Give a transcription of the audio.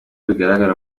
bigaragara